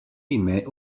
ime